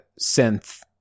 synth